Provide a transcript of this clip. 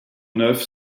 neuf